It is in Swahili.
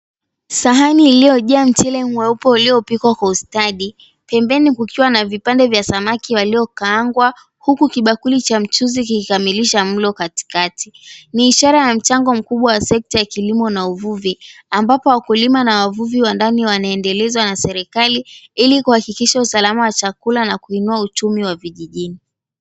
Sahani iliyojaa mchele mweupe uliopikwa kwa ustadi, pembeni kukiwa na vipande vya samaki waliokaangwa, huku kibakuli cha mchuzi kikikamilisha mlo katikati. Ni ishara ya mchango mkubwa wa sekta ya kilimo na uvuvi ambapo wakulima na wavuvi wa ndani wanaendelezwa na serikali ili kuhakikisha usalama wa chakula na kuinua uchumi wa vijijini.